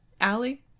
Allie